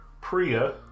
Priya